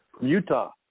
Utah